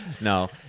No